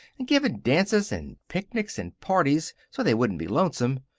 and giving dances and picnics and parties so they wouldn't be lonesome.